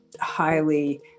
highly